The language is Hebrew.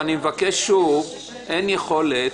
עד 14:00. ב-14:00 מתחיל דיון אחר.